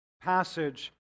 passage